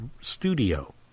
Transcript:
studio